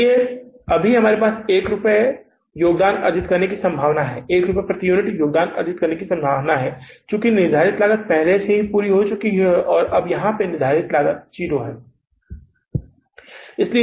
इसलिए अभी भी हमारे पास 1 रुपए से योगदान अर्जित करने की संभावना है और चूंकि निर्धारित लागत पहले से ही पूरी हो चुकी है यहां निश्चित लागत 0 है